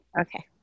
Okay